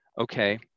okay